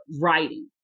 writing